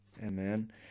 Amen